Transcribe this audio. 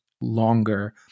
longer